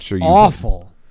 awful